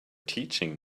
teaching